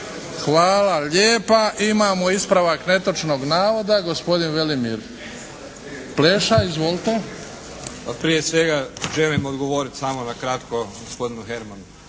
Hvala lijepa. Imamo ispravak netočnog navoda gospodin Velimir Pleša. Izvolite. **Pleša, Velimir (HDZ)** Pa prije svega želim odgovoriti samo na kratko gospodinu Hermanu.